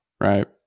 Right